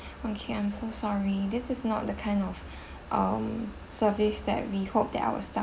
okay I'm so sorry this is not the kind of um service that we hope that our staff